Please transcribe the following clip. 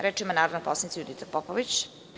Reč ima narodna poslanica Judita Popović.